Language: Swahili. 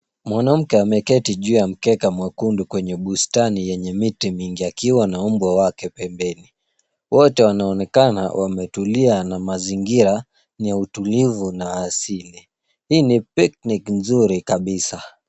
Mwanamke ameketi juu ya mkeka mwekundu kwenye bustani yenye miti mingi akiwa na umbo wake pembeni .Wote wanaonekana wametulia na mazingira ni ya utulivu na asili. Hii ni picnic nzuri kabisa.